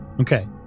Okay